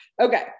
Okay